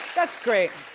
that's great.